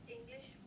English